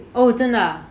oh 真的啊